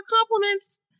compliments